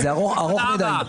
תודה רבה.